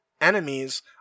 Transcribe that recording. enemies